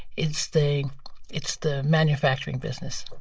it's the it's the manufacturing business.